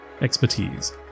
expertise